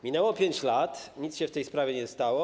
Minęło 5 lat, nic się w tej sprawie nie stało.